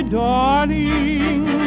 darling